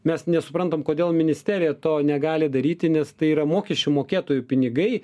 mes nesuprantam kodėl ministerija to negali daryti nes tai yra mokesčių mokėtojų pinigai